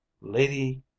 Lady